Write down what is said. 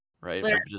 right